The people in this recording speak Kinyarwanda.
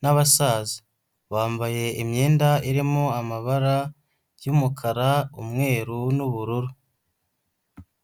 n'abasaza. Bambaye imyenda irimo amabara y'umukara, umweru, n'ubururu.